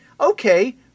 okay